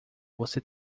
você